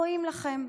רואים לכם.